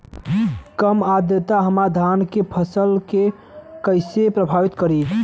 कम आद्रता हमार धान के फसल के कइसे प्रभावित करी?